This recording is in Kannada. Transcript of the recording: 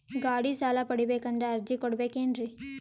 ಗಾಡಿ ಸಾಲ ಪಡಿಬೇಕಂದರ ಅರ್ಜಿ ಕೊಡಬೇಕೆನ್ರಿ?